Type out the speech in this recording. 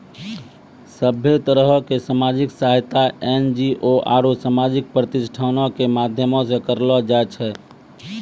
सभ्भे तरहो के समाजिक सहायता एन.जी.ओ आरु समाजिक प्रतिष्ठानो के माध्यमो से करलो जाय छै